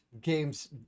games